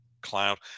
cloud